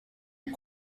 are